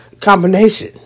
combination